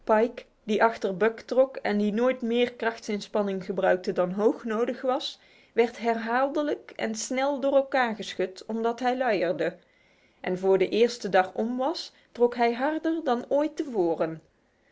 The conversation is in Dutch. die achter buck trok en die nooit meer krachtsinspanning gebruikte dan hoog nodig was werd herhaaldelijk en snel door elkaar geschud omdat hij luierde en voor de eerste dag om was trok hij harder dan ooit